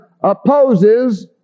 opposes